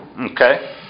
Okay